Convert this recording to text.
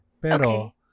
Pero